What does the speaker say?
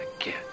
again